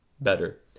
better